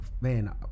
man